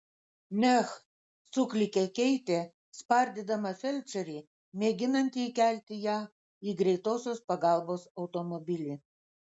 neh suklykė keitė spardydama felčerį mėginantį įkelti ją į greitosios pagalbos automobilį